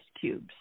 cubes